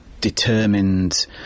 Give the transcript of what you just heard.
determined